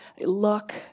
look